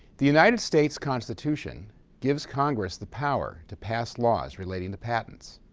the united states constitution gives congress the power to pass laws relating to patents.